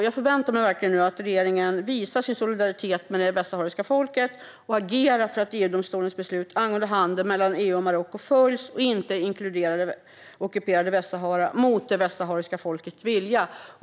Jag förväntar mig verkligen att regeringen nu visar sin solidaritet med det västsahariska folket och agerar för att EU-domstolens beslut angående handel mellan EU och Marocko följs och inte inkluderar det ockuperade Västsahara mot det västsahariska folkets vilja.